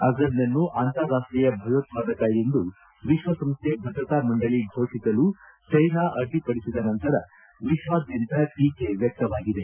ಅಭರ್ ನನ್ನು ಅಂತಾರಾಷ್ಟೀಯ ಭಯೋತ್ಪಾದಕ ಎಂದು ವಿಶ್ವ ಸಂಸ್ಥೆ ಭದ್ರತಾ ಮಂಡಳಿ ಘೋಷಿಸಲು ಚೀನಾ ಅಡ್ಡಿಪಡಿಸಿದ ನಂತರ ವಿಶ್ವಾದ್ಯಂತ ಟೀಕೆ ವ್ಯಕ್ತವಾಗಿದೆ